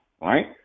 right